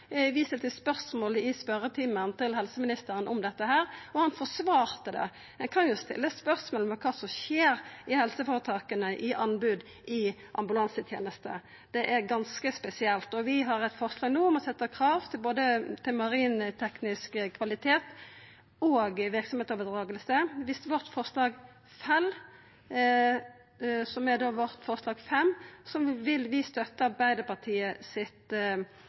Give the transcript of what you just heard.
om dette i spørjetimen, og han forsvarte det. Ein kan jo stilla spørsmål ved kva som skjer i helseføretaka i anbod i ambulansetenesta. Det er ganske spesielt. Vi har no eit forslag om å setja krav til både marinteknisk kvalitet og verksemdsoverdraging. Dersom vårt forslag fell, forslag nr. 5, vil vi i neste omgang støtta forslag nr. 1, frå Arbeidarpartiet. I tillegg vil vi støtta